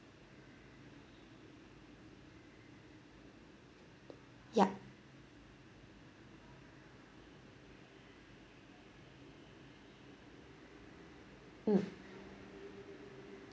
ya mm